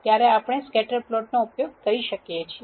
આપણે સ્કેટર પ્લોટનો ઉપયોગ કરી શકીએ છીએ